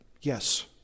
yes